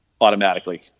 automatically